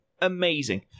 Amazing